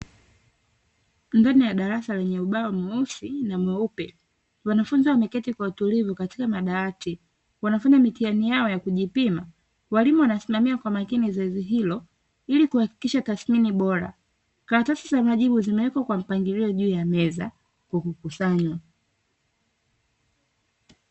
Ndani ya darasa lenye ubao mweusi na mweupe wanafunzi wameketi kwa utulivu katika madawati wanafanya mitihani yao ya kujipima. Walimu wanasimamia kwa makini zoezi hilo ili kuhakikisha tadhimini bora. Karatasi za majibu zimewekwa kwa mpangilio juu ya meza kwa kukusanywa.